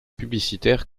publicitaires